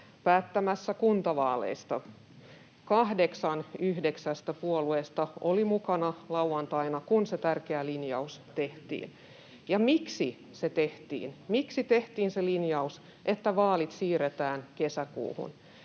päättämässä kuntavaaleista. Kahdeksan yhdeksästä puolueesta oli mukana lauantaina, kun se tärkeä linjaus tehtiin. Ja miksi se tehtiin? Miksi tehtiin se linjaus, että vaalit siirretään kesäkuuhun?